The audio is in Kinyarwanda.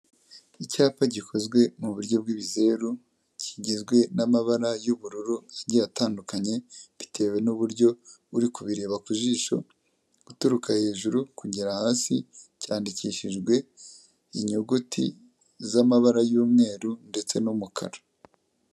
Icyapa gikozwe mu buryo bw'ibizeru, kigizwe n'amabara y'ubururu agiye atandukanye, bitewe n'uburyo uri kubireba ku jisho, guturuka hejuru kugera hasi cyandikishijwe inyuguti z'amabara y'umweru ndetse n'umukara.